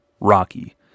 rocky